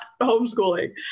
homeschooling